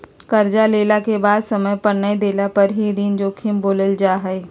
कर्जा लेला के बाद समय पर नय देला पर ही ऋण जोखिम बोलल जा हइ